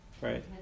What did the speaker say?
right